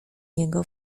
jego